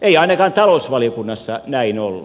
ei ainakaan talousvaliokunnassa näin ollut